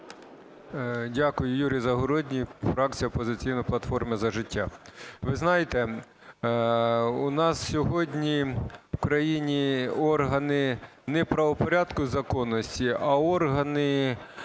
Дякую. Юрій Загородній, фракція "Опозиційна платформа – За життя". Ви знаєте, у нас сьогодні в Україні органи не правопорядку і законності, а органи,